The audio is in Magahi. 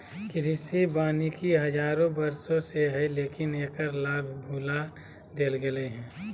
कृषि वानिकी हजारों वर्षों से हइ, लेकिन एकर लाभ भुला देल गेलय हें